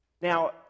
Now